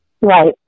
right